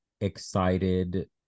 excited